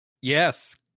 Yes